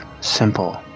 Simple